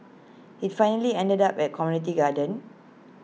IT finally ended up at community garden